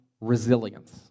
resilience